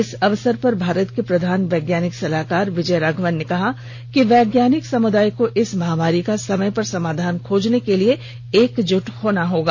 इस अवसर पर भारत के प्रधान यैज्ञानिक सलाहकार विजय राधवन ने कहा कि वैज्ञानिक समुदाय को इस महामारी का समय पर समाधान खोजने के लिए एकजुट होना होगा